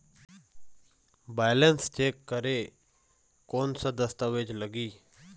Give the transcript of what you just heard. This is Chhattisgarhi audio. बैलेंस चेक करें कोन सा दस्तावेज लगी?